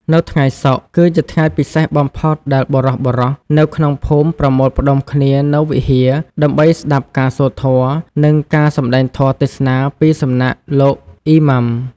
នៅថ្ងៃសុក្រ គឺជាថ្ងៃពិសេសបំផុតដែលបុរសៗនៅក្នុងភូមិប្រមូលផ្តុំគ្នានៅវិហារដើម្បីស្តាប់ការសូត្រធម៌ និងការសម្តែងធម៌ទេសនាពីសំណាក់លោក អ៊ីម៉ាំ។